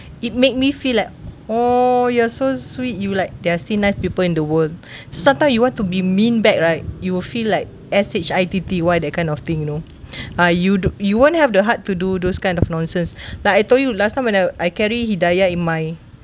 it made me feel like oh you are so sweet you like there are still nice people in the world sometime you want to be mean back right you will feel like S_H_I_T_T_Y that kind of thing you know ah you don't you won't have the heart to do those kind of nonsense like I told you last time when I I carry hidayah in my